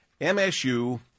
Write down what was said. MSU